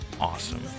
awesome